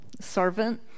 servant